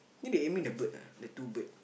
then they aiming the bird ah the two bird